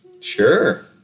Sure